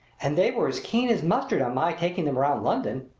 and they were as keen as mustard on my taking them round london.